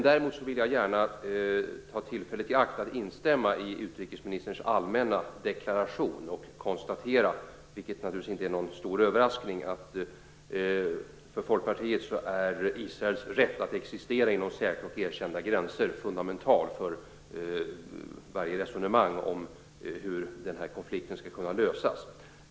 Däremot vill jag gärna ta tillfället i akt att instämma i utrikesministerns allmänna deklaration och konstatera - vilket naturligtvis inte är någon stor överraskning - att för Folkpartiet är Israels rätt att existera inom säkra och erkända gränser fundamental för varje resonemang om hur denna konflikt skall kunna lösas.